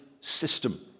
system